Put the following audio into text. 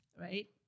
Right